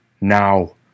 Now